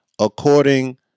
according